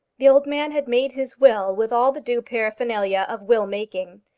the old man had made his will with all the due paraphernalia of will-making.